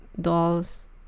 dolls